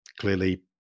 clearly